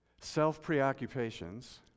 self-preoccupations